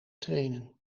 trainen